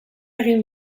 egin